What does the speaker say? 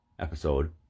episode